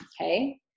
okay